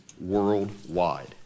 worldwide